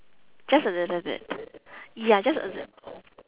just a little bit ya just a li~